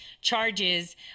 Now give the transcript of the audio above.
charges